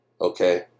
Okay